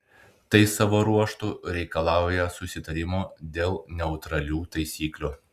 tai savo ruožtu reikalauja susitarimo dėl neutralių taisyklių